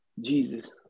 Jesus